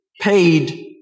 paid